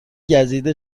گزیده